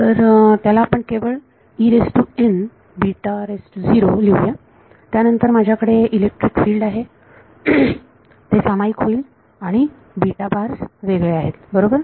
तर त्याला आपण केवळ लिहूया त्यानंतर माझ्याकडे इलेक्ट्रिक फील्ड आहे ते सामायिक होईल आणि बीटा बार्स वेगळे आहेत बरोबर